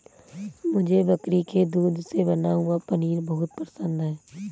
मुझे बकरी के दूध से बना हुआ पनीर बहुत पसंद है